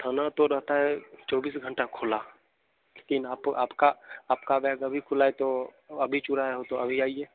थाना तो रहता है चौबीस घंटा खुला लेकिन आप आपका आपका बैग अभी खुला है तो अभी चुराया हो तो अभी आइए